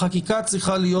להבין מה ההסדר שהוצע כאן,